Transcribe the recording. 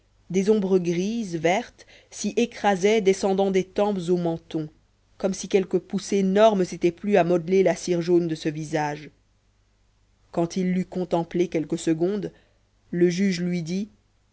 des ombres grises vertes s'y écrasaient descendant des tempes au menton comme si quelque pouce énorme s'était plu à modeler la cire jaune de ce visage quand il l'eut contemplé quelques secondes le juge lui dit